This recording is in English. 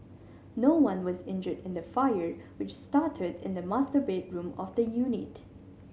no one was injured in the fire which started in the master bedroom of the unit